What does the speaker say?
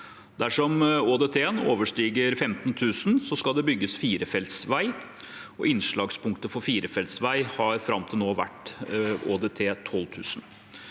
Dersom ÅDT overstiger 15 000, skal det bygges firefeltsvei, og innslagspunktet for firefeltsvei har fram til nå vært ÅDT 12 000.